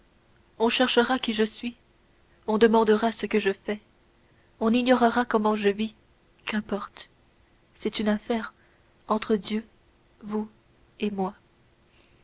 on cherchera qui je suis on demandera ce que je fais on ignorera comment je vis qu'importe c'est une affaire entre dieu vous et moi